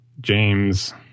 James